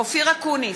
אופיר אקוניס,